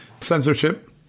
censorship